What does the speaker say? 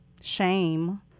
shame